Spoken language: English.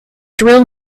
drill